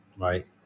right